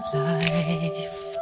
life